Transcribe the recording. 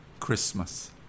Christmas